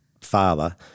father